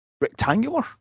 rectangular